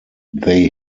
they